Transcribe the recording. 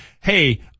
hey